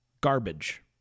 garbage